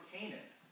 Canaan